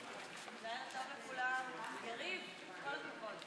שטרן, יאיר לפיד, מאיר כהן,